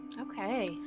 okay